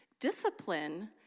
Discipline